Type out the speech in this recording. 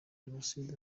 jenoside